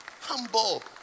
Humble